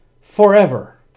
forever